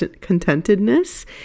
contentedness